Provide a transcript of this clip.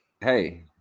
hey